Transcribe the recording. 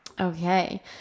Okay